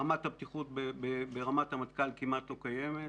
רמת הבטיחות ברמת המטכ"ל כמעט לא קיימת.